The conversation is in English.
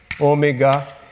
omega